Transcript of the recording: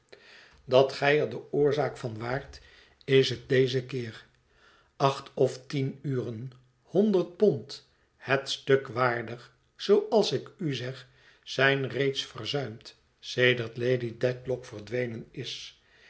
dat gij er de oorzaak van waart is het dezen keer acht of tien uren honderd pond het stuk waardig zooals ik u zeg zijn reeds verzuimd sedert lady dedlock verdwenen is